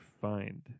find